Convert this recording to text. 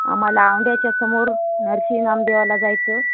आम्हाला औंध्याच्या समोर नरशी नामदेवाला जायचं